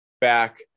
back